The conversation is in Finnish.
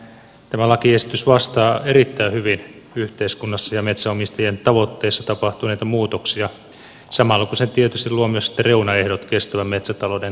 tämä lakiesitys vastaa erittäin hyvin yhteiskunnassa ja metsänomistajien tavoitteissa tapahtuneita muutoksia samalla kun se tietysti luo myös sitten reunaehdot kestävän metsätalouden harjoittamiselle